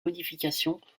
modifications